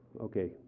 Okay